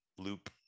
loop